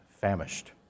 famished